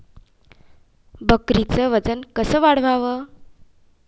बकरीचं वजन कस वाढवाव?